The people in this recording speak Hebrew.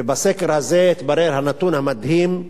ובסקר הזה התברר הנתון המדהים,